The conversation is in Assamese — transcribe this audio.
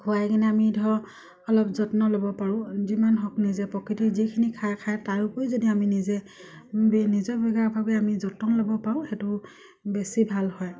খুৱাই কিনে আমি ধৰ অলপ যত্ন ল'ব পাৰোঁ যিমান হওক নিজে প্ৰকৃতিৰ যিখিনি খাই খায় তাৰোপৰি যদি আমি নিজে নিজৰ আমি যতন ল'ব পাৰোঁ সেইটো বেছি ভাল হয়